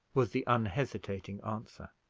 was the unhesitating answer.